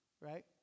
Right